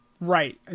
Right